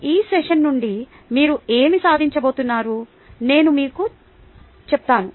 ఇప్పుడు ఈ సెషన్ నుండి మీరు ఏమి సాధించబోతున్నారు నేను మీకు చెప్తాను